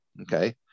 Okay